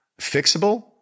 fixable